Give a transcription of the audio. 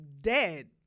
dead